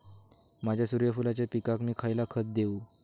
माझ्या सूर्यफुलाच्या पिकाक मी खयला खत देवू?